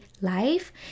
life